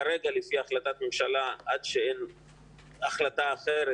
כרגע, לפי החלטת ממשלה, עד שאין החלטה אחרת